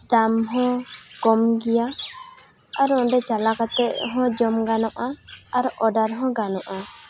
ᱫᱟᱢ ᱦᱚᱸ ᱠᱚᱢ ᱜᱮᱭᱟ ᱟᱨ ᱚᱸᱰᱮ ᱪᱟᱞᱟᱣ ᱠᱟᱛᱮᱫ ᱦᱚᱸ ᱡᱚᱢ ᱜᱟᱱᱚᱜᱼᱟ ᱟᱨ ᱚᱰᱟᱨ ᱦᱚᱸ ᱜᱟᱱᱚᱜᱼᱟ